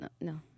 no